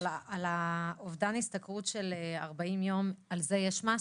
אז על אובדן ההשתכרות של 40 ימים על זה יש מס?